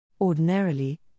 Ordinarily